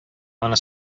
аны